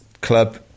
club